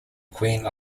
queen